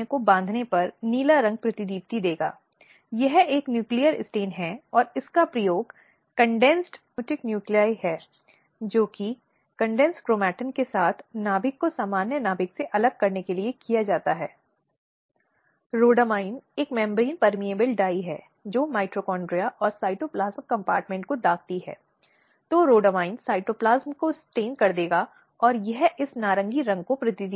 एक गंभीर बात यह है कि यह अभी तक बच्चे को प्रभावित करता है और यदि ऐसे बच्चे पर सवाल उठाए जाते हैं तो बच्चा आगे और अधिक भयभीत हो जाता है और चुप हो जाता है और मामले को संभालने या यहां तक कि आगे बढ़ने के लिए एक बहुत ही कठिन स्थिति